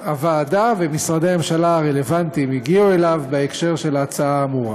שהוועדה ומשרדי הממשלה הרלוונטיים הגיעו אליו בהקשר של ההצעה האמורה.